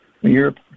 Europe